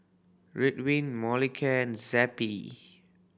Ridwind Molicare Zappy